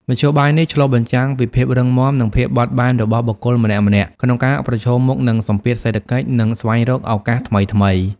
មធ្យោបាយនេះឆ្លុះបញ្ចាំងពីភាពរឹងមាំ និងភាពបត់បែនរបស់បុគ្គលម្នាក់ៗក្នុងការប្រឈមមុខនឹងសម្ពាធសេដ្ឋកិច្ច និងស្វែងរកឱកាសថ្មីៗ។